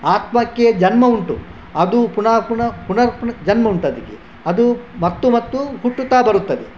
ಆತ್ಮಕ್ಕೆ ಜನ್ಮ ಉಂಟು ಅದು ಪುನಃ ಪುನಃ ಪುನರ್ಪುನಃ ಜನ್ಮ ಉಂಟದಕ್ಕೆ ಅದು ಮತ್ತು ಮತ್ತು ಹುಟ್ಟುತ್ತಾ ಬರುತ್ತದೆ